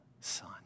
Son